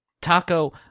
Taco